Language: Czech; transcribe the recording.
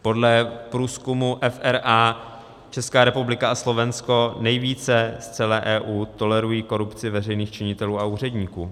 Podle průzkumu FRA Česká republika a Slovensko nejvíce v celé EU tolerují korupci veřejných činitelů a úředníků.